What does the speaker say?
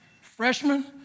Freshman